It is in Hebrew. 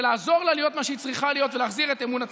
לעזור לה להיות מה שהיא צריכה להיות ולהחזיר את אמון הציבור.